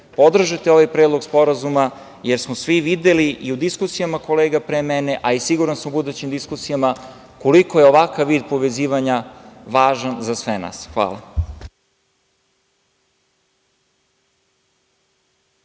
podržati ovaj Predlog sporazuma, jer smo svi videli i u diskusijama kolega pre mene, a i siguran sam u budućim diskusijama koliko je ovakav vid povezivanja važan za sve nas. Hvala.